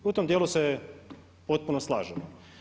U tom dijelu se potpuno slažemo.